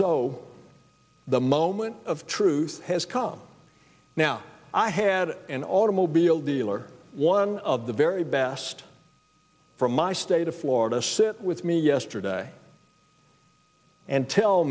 so the moment of truth has come now i had an automobile dealer one of the very best from my state of florida sit with me yesterday and tell